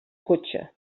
cotxe